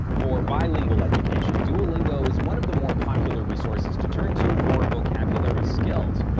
for bilingual education, duolingo is one of the more popular resources to turn to for vocabulary skills,